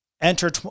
enter